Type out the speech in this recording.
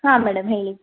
ಹಾಂ ಮೇಡಮ್ ಹೇಳಿ